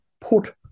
put